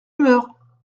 humeur